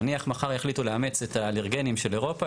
נניח מחר יחליטו לאמץ את האלרגנים של אירופה,